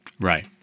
Right